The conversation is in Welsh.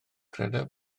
credaf